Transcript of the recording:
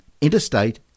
interstate